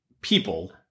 people